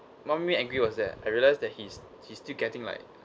what made me angry was that I realize that he's he's still getting like